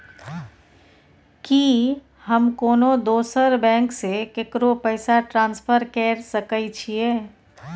की हम कोनो दोसर बैंक से केकरो पैसा ट्रांसफर कैर सकय छियै?